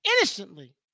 innocently